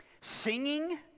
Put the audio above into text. singing